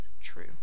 true